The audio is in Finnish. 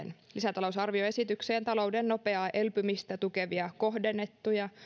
lisätalousarvioesitykseen talouden nopeaa elpymistä tukevia kohdennettuja